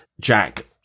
Jack